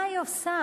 מה היא עושה?